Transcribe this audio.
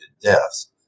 deaths